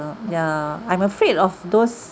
ya I'm afraid of those